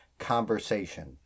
conversation